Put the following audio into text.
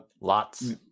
Lots